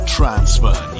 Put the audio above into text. Transfer